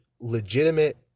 legitimate